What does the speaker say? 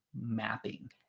mapping